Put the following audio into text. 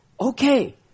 okay